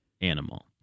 animal